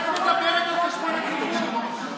את מדברת על חשבון הציבור?